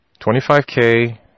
25K